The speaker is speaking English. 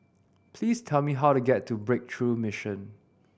please tell me how to get to Breakthrough Mission